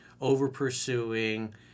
over-pursuing